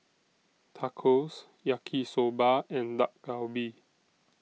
Tacos Yaki Soba and Dak Galbi